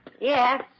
Yes